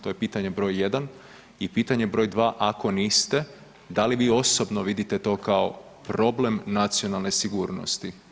To je pitanje br. 1. I pitanje br. 2. ako niste, da li vi osobno vidite to kao problem nacionalne sigurnosti?